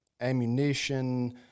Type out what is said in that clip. ammunition